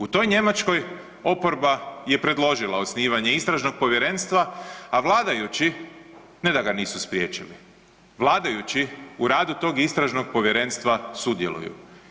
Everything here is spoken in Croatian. U toj Njemačkoj oporba je predložila osnivanje Istražnog povjerenstva, a vladajući ne da ga nisu spriječili, vladajući u radu tog Istražnog povjerenstva sudjeluju.